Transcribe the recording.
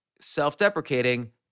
self-deprecating